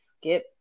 skip